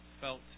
felt